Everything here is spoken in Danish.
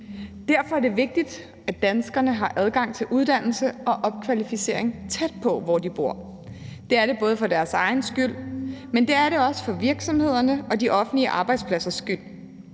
Derfor er det vigtigt, at danskerne har adgang til uddannelse og opkvalificering tæt på, hvor de bor. Det er det for deres egen skyld, men det er det også for virksomhedernes og de offentlige arbejdspladsers skyld.